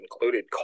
included